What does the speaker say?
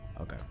okay